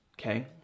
Okay